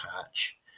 patch